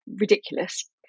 ridiculous